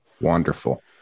Wonderful